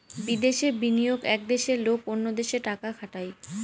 বিদেশে বিনিয়োগ এক দেশের লোক অন্য দেশে টাকা খাটায়